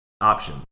option